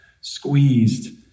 squeezed